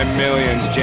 millions